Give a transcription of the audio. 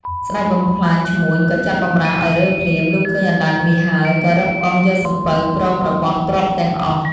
ស្ដេចបំផ្លាញឈ្មួញ ក៏ចាត់បម្រើឲ្យរើភ្លាម លុះឃើញអណ្តើកមាសហើយ ក៏រឹបអូសយកសំពៅ ព្រមរបស់ ទ្រព្យទាំងអស់។